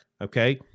okay